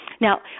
Now